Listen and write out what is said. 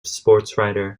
sportswriter